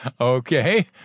okay